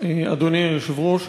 אדוני היושב-ראש.